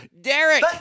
Derek